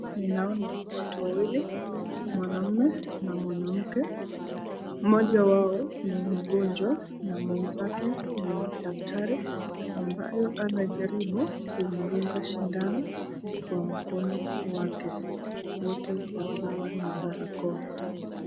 Ninaona watu wawili, mwanaume na mwanamke mmoja wao ni mgonjwa, na mwenzake ni daktari, ambaye anajaribu kumdunga sindano, kwa mkono wake wote wakiwa na barakoa.